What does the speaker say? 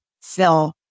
Phil